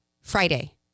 Friday